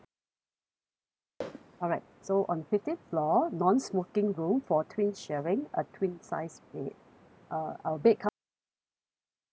ok~ alright so on fifteenth floor non-smoking room for twin sharing a twin sized bed uh our bed come with king s~ sorry